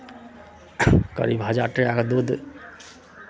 करीब हजार टाकाके दूध